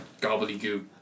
gobbledygook